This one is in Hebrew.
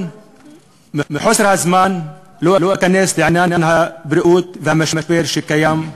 ומחוסר הזמן לא אכנס לעניין הבריאות והמשבר שקיים.